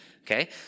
okay